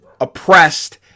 oppressed